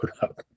up